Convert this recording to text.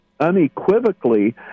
unequivocally